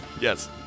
Yes